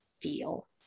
deal